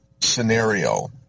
scenario